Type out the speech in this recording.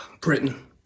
Britain